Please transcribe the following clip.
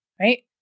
Right